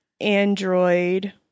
Android